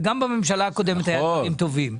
וגם בממשלה הקודמת היו דברים טובים,